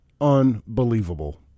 unbelievable